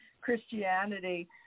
Christianity